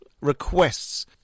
requests